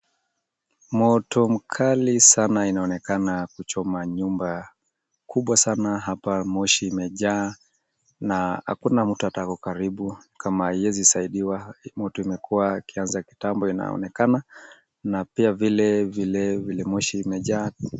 Moto mkali sana inaonekana kuchoma nyumba kubwa sana hapa moshi imejaa na hakuna mtu ata ako karibu kama haiwezi saidiwa, hii moto imekuwa ikianza kitambo inaonekana na pia vile vile moshi imejaa.